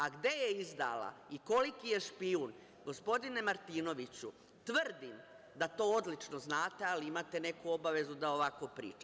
A gde je izdala i koliki je špijun, gospodine Martinoviću, tvrdim da to odlično znate ali imate neku obavezu da ovako pričate.